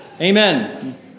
Amen